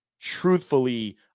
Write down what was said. truthfully